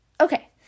Okay